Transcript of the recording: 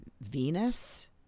Venus